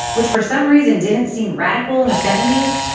which for some reason didn't seem radical in the seventy s,